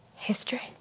History